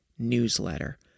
newsletter